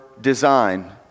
design